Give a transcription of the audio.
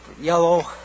yellow